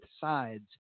sides